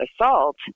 assault